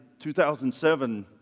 2007